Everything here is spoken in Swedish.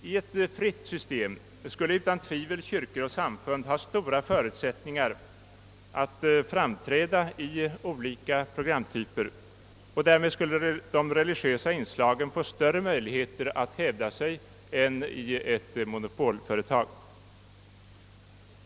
I ett fritt system skulle utan tvivel kyrkor och samfund ha stora förutsättningar att framträda i olika programtyper. Därmed skulle de religiösa inslagen få större möjligheter att hävda sig än i ett monopolföretag.